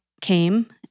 came